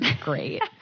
great